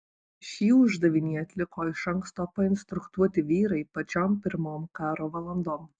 šį uždavinį atliko iš anksto painstruktuoti vyrai pačiom pirmom karo valandom